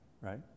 right